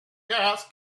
gas